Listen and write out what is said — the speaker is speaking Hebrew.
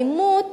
אלימות